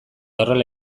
horrela